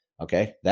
Okay